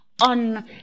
On